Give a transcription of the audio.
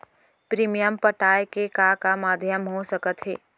Premium पटाय के का का माधयम हो सकत हे?